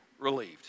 relieved